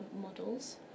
models